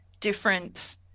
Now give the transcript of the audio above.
different